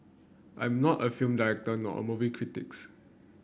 I'm not a film director nor a movie critics